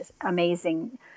amazing